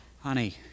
Honey